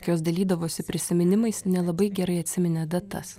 jos dalydavosi prisiminimais nelabai gerai atsiminė datas